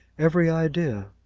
every idea,